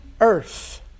earth